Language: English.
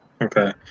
Okay